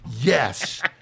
Yes